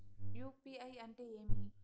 UPI అంటే ఏమి?